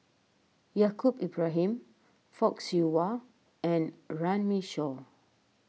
Yaacob Ibrahim Fock Siew Wah and Runme Shaw